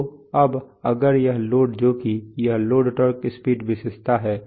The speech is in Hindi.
तो अब अगर यह लोड जो कि यह लोड टॉर्क स्पीड विशेषता है